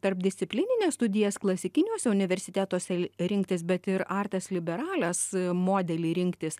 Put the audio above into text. tarpdisciplinines studijas klasikiniuose universitetuose rinktis bet ir artes liberales modelį rinktis